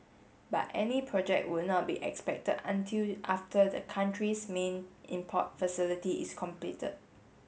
but any project would not be expected until after the country's main import facility is completed